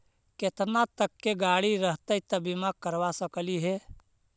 केतना तक के गाड़ी रहतै त बिमा करबा सकली हे?